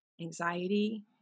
anxiety